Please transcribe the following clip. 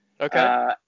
Okay